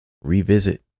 Revisit